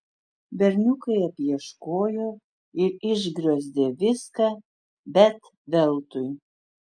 berniukai apieškojo ir išgriozdė viską bet veltui